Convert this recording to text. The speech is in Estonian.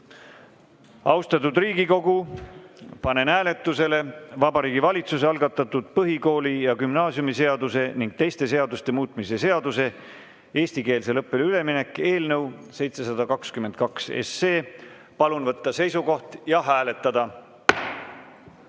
teki. Austatud Riigikogu, panen hääletusele Vabariigi Valitsuse algatatud põhikooli- ja gümnaasiumiseaduse ning teiste seaduste muutmise seaduse (eestikeelsele õppele üleminek) eelnõu 722. Palun võtta seisukoht ja hääletada!